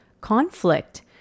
conflict